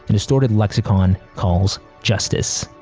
and distorted lexicon calls justice.